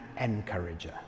encourager